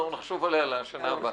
נחשוב עליה לשנה הבאה.